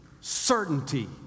certainty